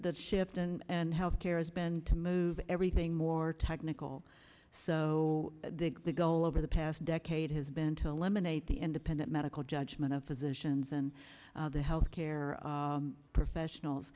the shift and healthcare has been to move everything more technical so the goal over the past decade has been to eliminate the independent medical judgment of physicians and the health care professionals